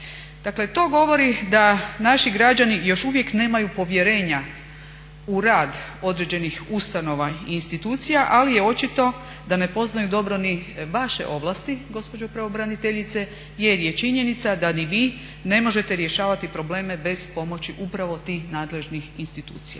Dakle to govori da naši građani još uvijek nemaju povjerenja u rad određenih ustanova i institucija ali je očito da ne poznaju dobro ni vaše ovlasti gospođo pravobraniteljice jer je činjenica da ni vi ne možete rješavati probleme bez pomoći upravo tih nadležnih institucija.